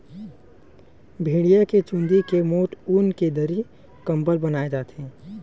भेड़िया के चूंदी के मोठ ऊन के दरी, कंबल बनाए जाथे